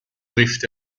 trifft